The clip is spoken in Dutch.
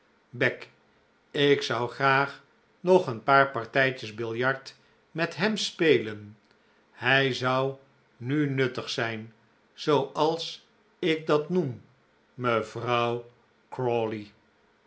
beck ik zou graag nog een paar partijtjes biljart met hem spelen hij zou nu nuttig zijn zooals ik dat noem mevrouw